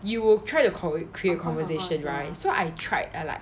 you will try to cal~ it create conversation right so I tried I like